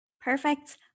Perfect